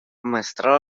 mestral